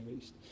East